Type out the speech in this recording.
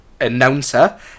announcer